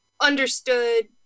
understood